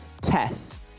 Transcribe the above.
Tess